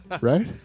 right